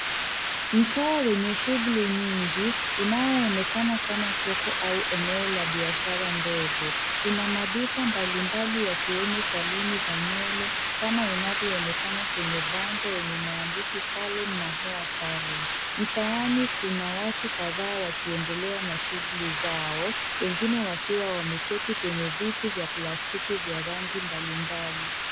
Mtaa wenye shughuli nyingi, unaoonekana kama soko au eneo la biashara ndogo, Kuna maduka mbalimbali yakiwemo saluni za nywele kama inavyoonekana kwenye bango yenye maandishi salon na Hair salon . Mtaani kuna watu kadhaa wakiendelea na shughuli zao, wengine wakiwa wameketi kwenye viti vya plastiki vya rangi mbalimbali.